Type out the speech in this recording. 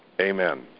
Amen